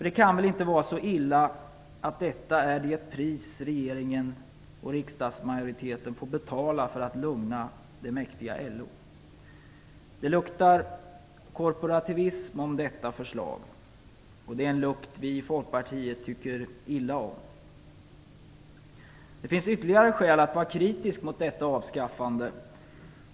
Det kan väl inte vara så illa att detta är det pris regeringen och riksdagsmajoriteten får betala för att lugna det mäktiga LO? Det luktar korporativism om detta förslag, och det är en lukt vi i Folkpartiet tycker illa om. Det finns ytterligare skäl att vara kritisk mot detta avskaffande.